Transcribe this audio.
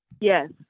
Yes